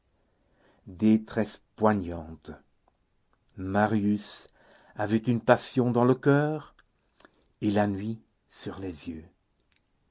détresse poignante marius avait une passion dans le coeur et la nuit sur les yeux